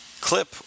clip